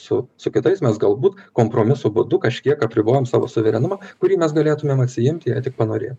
su su kitais mes galbūt kompromisų būdu kažkiek apribojam savo suverenumą kurį mes galėtumėm atsiimti jei tik panorėję